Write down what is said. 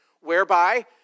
whereby